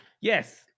Yes